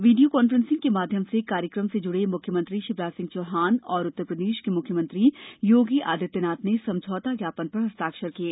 video conferencing के माध्यम से कार्यक्रम से जुड़े मुख्यमंत्री शिवराज सिंह चौहान और उत्तरप्रदेश के मुख्यमंत्री योगी आदित्यनाथ ने समझौता ज्ञापन पर हस्ताक्षर किये